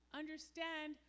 understand